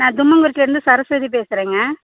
நான் தும்மங்குறிச்சிலேருந்து சரஸ்வதி பேசுகிறேங்க